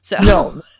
No